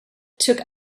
took